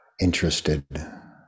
interested